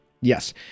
Yes